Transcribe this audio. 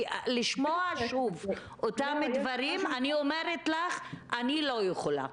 כי לשמוע שוב את אותם דברים אני אומרת לך שאני לא יכולה.